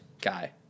guy